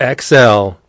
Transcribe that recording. XL